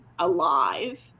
alive